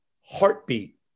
heartbeat